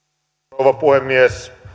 rouva puhemies